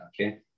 okay